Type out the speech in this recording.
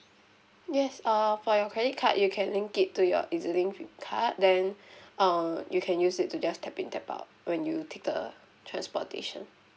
yes err for your credit card you can link it to your EZ-Link card then err you can use it to just tap in tap out when you take the transportation